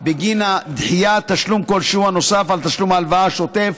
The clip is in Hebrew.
בגין הדחייה תשלום כלשהו הנוסף על תשלום ההלוואה השוטף,